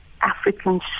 African